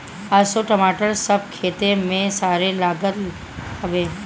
असो टमाटर सब खेते में सरे लागल हवे